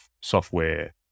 software